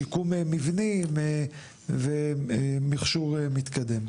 שיקום מבנים ומכשור מתקדם.